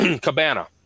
Cabana